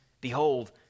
Behold